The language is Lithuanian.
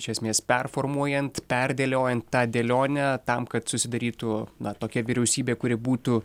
iš esmės performuojant perdėliojant tą dėlionę tam kad susidarytų na tokia vyriausybė kuri būtų